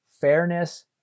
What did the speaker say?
Fairness